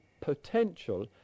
potential